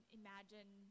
imagine